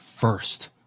first